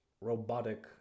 robotic